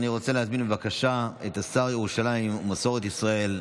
אני רוצה להזמין בבקשה את השר לירושלים ומסורת ישראל,